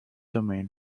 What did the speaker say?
domain